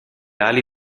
ali